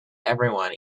everyone